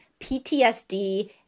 PTSD